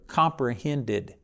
comprehended